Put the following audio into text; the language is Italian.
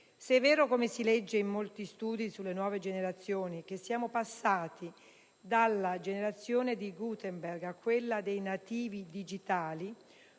Se è vero, come si legge in molti studi sulle nuove generazioni, che siamo passati dalla generazione di Gutenberg a quella dei nativi digitali